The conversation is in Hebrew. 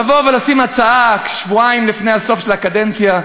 לבוא ולשים הצעה שבועיים לפני הסוף של הקדנציה,